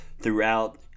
throughout